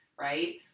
Right